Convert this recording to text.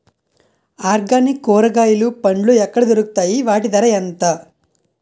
Organic కూరగాయలు పండ్లు ఎక్కడ దొరుకుతాయి? వాటి ధర ఎంత?